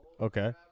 Okay